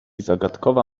zagadkowa